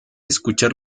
escuchar